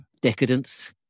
Decadence